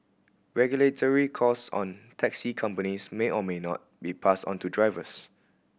regulatory costs on taxi companies may or may not be passed onto drivers